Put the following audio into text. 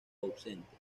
ausente